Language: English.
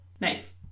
Nice